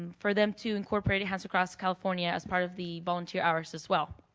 for them to incorporate hands across california as part of the volunteer hours as well.